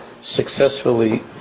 successfully